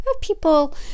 people